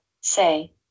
say